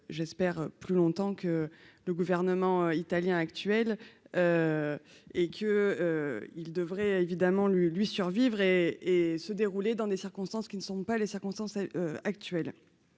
j'espère plus longtemps que le gouvernement italien actuel, et que il devrait évidemment lui lui survivre et et se dérouler dans des circonstances qui ne sont pas les circonstances actuelles,